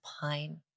pine